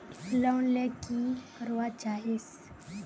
Loan ले की करवा चाहीस?